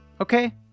Okay